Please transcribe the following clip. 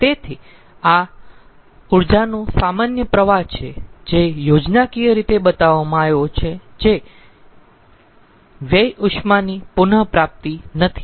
તેથી આ ઊર્જાનો સામાન્ય પ્રવાહ છે જે યોજનાકીય રીતે બતાવવામાં આવ્યો છે જ્યા વ્યય ઉષ્માની પુન પ્રાપ્તિ નથી